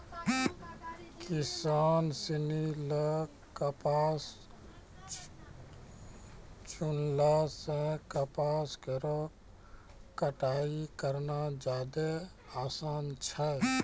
किसान सिनी ल कपास चुनला सें कपास केरो कटाई करना जादे आसान छै